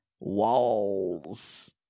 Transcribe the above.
Walls